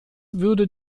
würde